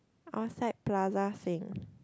outside Plaza Sing